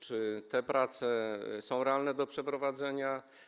Czy te prace są realne do przeprowadzenia?